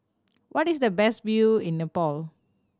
what is the best view in Nepal